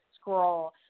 scroll